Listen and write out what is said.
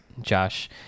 josh